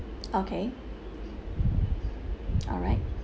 okay alright